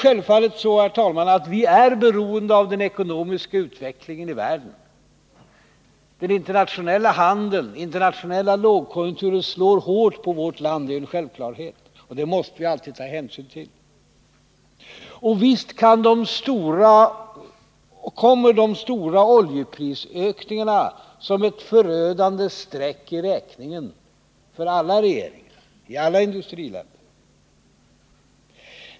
Självfallet är vi beroende av den ekonomiska utvecklingen i världen. Den internationella handeln är betydelsefull för vårt land, och den internationella lågkonjunkturen drabbar oss hårt — det är en självklarhet, och det måste vi alltid ta hänsyn till. Och visst kommer de stora oljeprishöjningarna som ett förödande streck i räkningen för alla regeringar i alla industriländer.